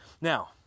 now